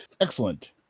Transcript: Excellent